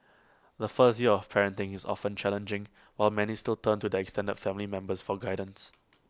the first year of parenting is often challenging while many still turn to their extended family members for guidance